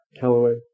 Callaway